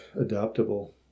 adaptable